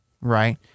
Right